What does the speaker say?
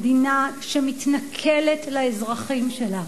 מדינה שמתנכלת לאזרחים שלה,